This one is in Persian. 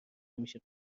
همیشه